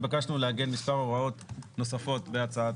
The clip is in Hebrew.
התבקשנו לעגן מספר הוראות נוספות בהצעת